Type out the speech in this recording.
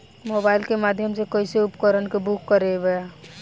Mobile के माध्यम से कैसे उपकरण के बुक करेके बा?